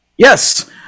Yes